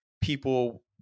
people